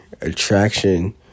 attraction